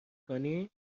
کنی